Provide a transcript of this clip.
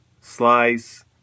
Slice